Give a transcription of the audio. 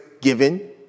given